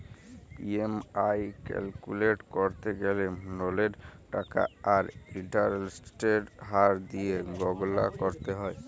EMI calculate ক্যরতে গ্যালে ললের টাকা আর ইলটারেস্টের হার দিঁয়ে গললা ক্যরতে হ্যয়